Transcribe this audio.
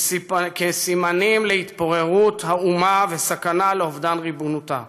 כעל סימנים להתפוררות האומה וכסכנה לאובדן ריבונותה.